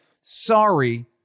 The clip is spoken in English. Sorry